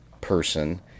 person